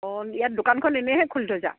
অঁ ইয়াত দোকানখন এনেহে খুলি থৈছা